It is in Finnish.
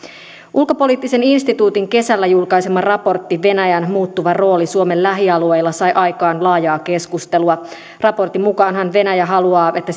ulkopoliittisen instituutin kesällä julkaisema raportti venäjän muuttuva rooli suomen lähialueilla sai aikaan laajaa keskustelua raportin mukaanhan venäjä haluaa että